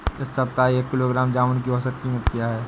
इस सप्ताह एक किलोग्राम जामुन की औसत कीमत क्या है?